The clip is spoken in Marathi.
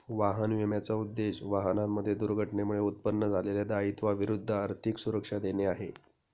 वाहन विम्याचा उद्देश, वाहनांमध्ये दुर्घटनेमुळे उत्पन्न झालेल्या दायित्वा विरुद्ध आर्थिक सुरक्षा देणे आहे